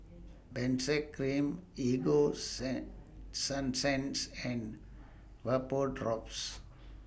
Benzac Cream Ego Sun Sunsense and Vapodrops